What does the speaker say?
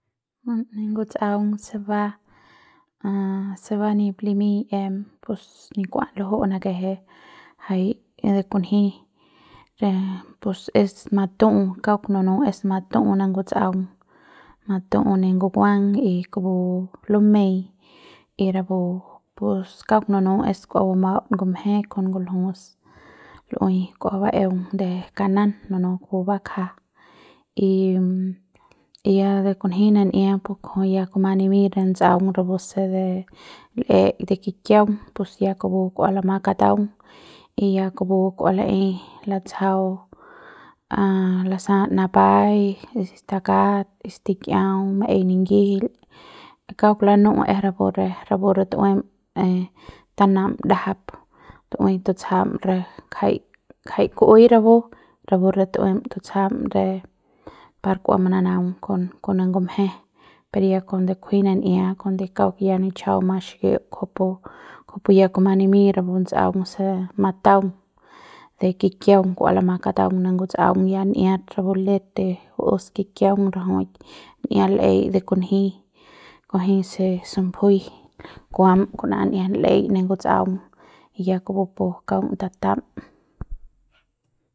Nguts'aung se ba se ba nip limiñ em pus ni kua luju'u nakeje jai e de kunji re pus es matu'u kauk nunu es matu'u ne nguts'aung matu'u ne ngukuang y kupu lumeiñ y rapu pus kauk nunu es kua bumaut ngumje kon nguljus lu'ui kua baeung de kanan nunum pubakja y y ya de kunji nan'ia pus kujui ya kuma nimiñ re ts'aung rapu se de l'ei de kikiaung pus ya kupu kua lama kataung y ya kupu kua laei latsjau a lasal tapaiñ stakat stikiau maei ningijil kauk lanu'u es rapu re tu'uem e tanam ndajap tu'uem tutsajm re ngjai ngjai ku'uei rapu rapu re tu'uem tutsjam re par kua mananaung kon kon ne ngumje per ya cuando kunji nan'ia cuando kauk ya nitchjau mas xikiuk kujupu kujupu ya kuma nimiñ rapu ts'aung se mataung de kikiaung kua lama kataung ne nguts'aung ya n'iat rapu let de baus kikiaung rajuik n'ia l'ei de kunji kujui se subjui kuam kun'ia l'ei pu nguts'aung y ya kupu kaung tatam.